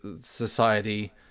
society